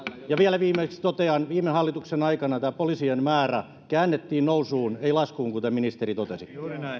vielä viimeiseksi totean viime hallituksen aikana poliisien määrä käännettiin nousuun ei laskuun kuten ministeri totesi